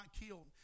killed